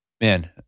Man